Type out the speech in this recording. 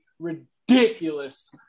ridiculous